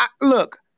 look